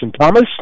Thomas